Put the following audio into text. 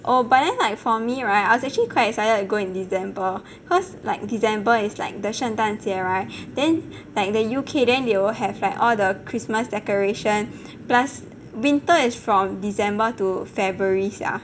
oh but then like for me [right] I was actually quite excited to go in december cause like december is like the 圣诞节 [right] then like the U_K then they'll have like all the christmas decoration plus winter is from december to february sia